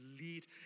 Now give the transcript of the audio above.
lead